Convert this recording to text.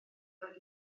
rhaid